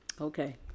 Okay